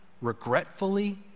regretfully